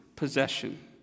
possession